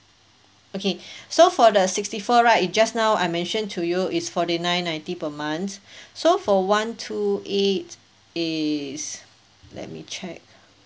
okay so for the sixty four right it just now I mention to you is forty nine ninety per month so for one two eight is let me check